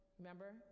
Remember